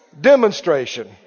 Demonstration